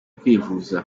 kwivuza